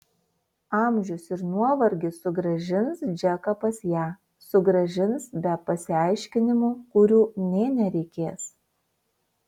amžius ir nuovargis sugrąžins džeką pas ją sugrąžins be pasiaiškinimų kurių nė nereikės